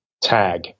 tag